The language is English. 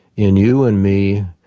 in you and me,